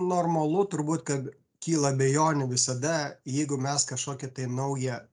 normalu turbūt kad kyla abejonių visada jeigu mes kažkokį tai naują